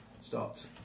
start